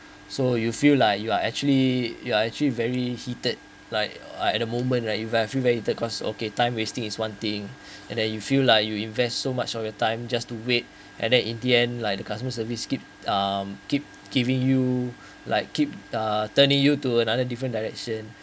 so you feel like you are actually you are actually very heated like at the moment right you have very feel time wasting is one thing and then you feel like you invest so much of your time just to wait and then in the end like the customer service keep um keep giving you like keep uh turn it you to another different direction